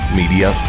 media